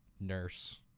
Nurse